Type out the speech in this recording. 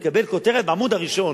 תקבל כותרת בעמוד הראשון.